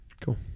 Cool